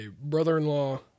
brother-in-law